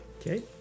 Okay